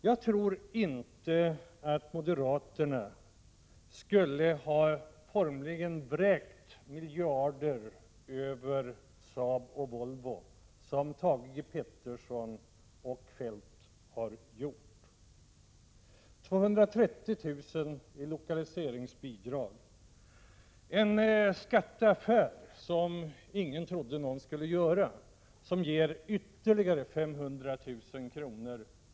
Jag tror inte att moderaterna skulle ha formligen vräkt miljarder över Saab och Volvo, såsom Thage G Peterson och Kjell-Olof Feldt har gjort: man har givit 230 000 i lokaliseringsbidrag. Man har gjort en skatteaffär som ingen trodde att någon skulle göra, som ger ytterligare 500 000 kr.